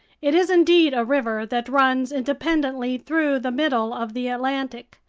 it is indeed a river that runs independently through the middle of the atlantic,